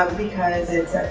because it's